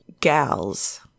gals